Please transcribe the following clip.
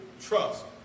trust